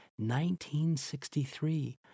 1963